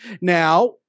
Now